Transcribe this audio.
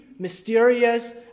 Mysterious